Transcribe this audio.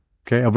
okay